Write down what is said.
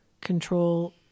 Control